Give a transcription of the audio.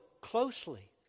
closely